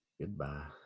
Goodbye